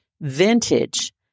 vintage